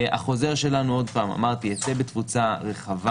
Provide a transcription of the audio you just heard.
החוזר שלנו אמרתי יצא בתפוצה רחבה.